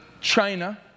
China